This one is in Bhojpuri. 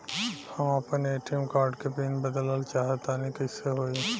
हम आपन ए.टी.एम कार्ड के पीन बदलल चाहऽ तनि कइसे होई?